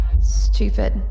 Stupid